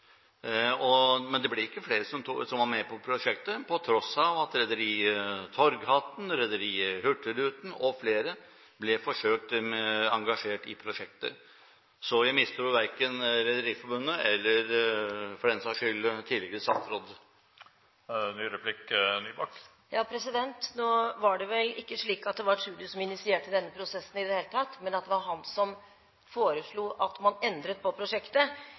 for. Men det ble ikke flere med på prosjektet på tross av at rederiet Torghatten Nord, rederiet Hurtigruten og flere ble forsøkt engasjert i prosjektet. Så jeg mistror verken Rederiforbundet eller – for den saks skyld – den tidligere statsråden. Nå var det vel ikke slik at det var Tschudi som initierte denne prosessen i det hele tatt, men det var han som foreslo at man endret på prosjektet.